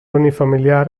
unifamiliar